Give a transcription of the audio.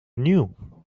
knew